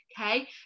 Okay